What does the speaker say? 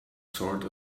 sort